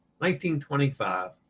1925